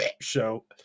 show